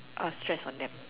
or stress on them